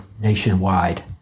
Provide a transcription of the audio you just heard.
nationwide